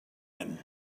him